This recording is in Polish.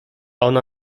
ona